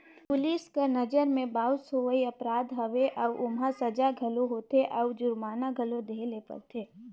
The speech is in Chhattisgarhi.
पुलिस कर नंजर में बाउंस होवई अपराध हवे अउ ओम्हां सजा घलो होथे अउ जुरमाना घलो देहे ले परथे